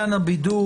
הבידוד,